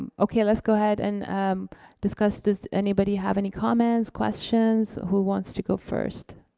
um okay, let's go ahead and discuss this. anybody have any comments, questions? who wants to go first?